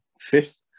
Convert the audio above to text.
fifth